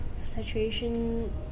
situation